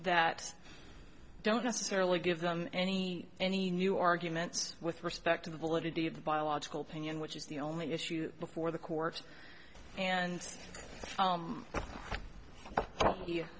that don't necessarily give them any any new arguments with respect to the validity of the biological pinioned which is the only issue before the court and